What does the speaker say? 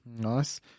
Nice